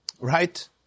Right